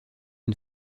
une